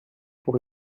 pour